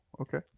okay